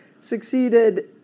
succeeded